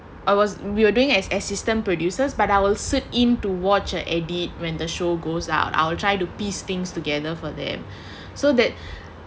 I was we were doing as assistant producers but I will sit in to watch an edit when the show goes out I'll try to piece things together for them so that